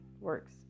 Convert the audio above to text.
works